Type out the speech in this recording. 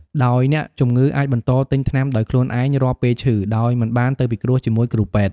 ដោយអ្នកជំងឺអាចបន្តទិញថ្នាំដោយខ្លួនឯងរាល់ពេលឈឺ ដោយមិនបានទៅពិគ្រោះជាមួយគ្រូពេទ្យ។